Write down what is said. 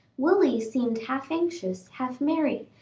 willie seemed half-anxious, half-merry,